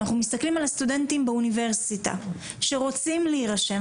אנחנו מסתכלים על הסטודנטים באוניברסיטה שרוצים להרשם,